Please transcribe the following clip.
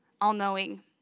all-knowing